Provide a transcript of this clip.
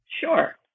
Sure